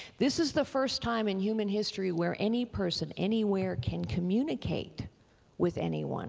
this is the first time in human history where any person, anywhere can communicate with anyone